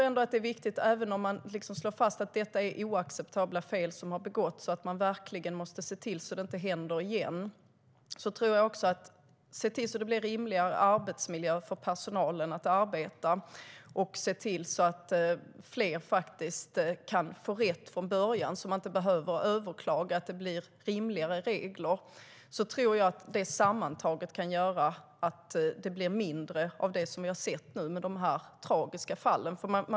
Även om man slår fast att det är oacceptabla fel som har begåtts måste man samtidigt se till att det inte händer igen. Dessutom måste man se till att arbetsmiljön för personalen blir rimligare och att fler kan få rätt från början så att de inte behöver överklaga. Det ska finnas rimligare regler. Det sammantaget tror jag kan göra att det blir färre sådana tragiska fall som vi sett.